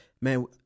man